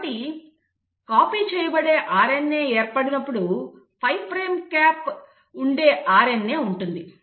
కాబట్టి కాపీ చేయబడే RNA ఏర్పడినప్పుడు 5 ప్రైమ్ క్యాప్ ఉండే RNA ఉంటుంది